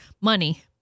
money